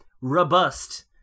robust